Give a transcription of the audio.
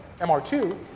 MR2